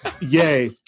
Yay